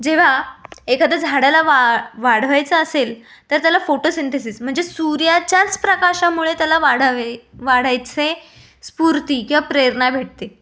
जेव्हा एखाद्या झाडाला वाढ वाढवायचं असेल तर त्याला फोटो सिंटिसीस म्हणजे सूर्याच्याच प्रकाशामुळे त्याला वाढावे वाढायचे स्फूर्ती किंवा प्रेरणा भेटते